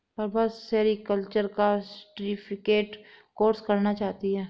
Prabha sericulture का certificate course करना चाहती है